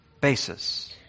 basis